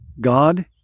God